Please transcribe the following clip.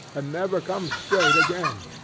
and never come straight again.